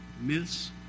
miss